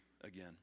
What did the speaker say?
again